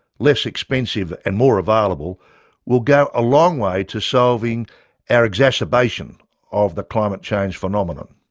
less expensive and more available will go a long way to solving our exacerbation of the climate change phenomenon.